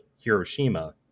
Hiroshima